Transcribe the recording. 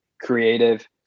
creative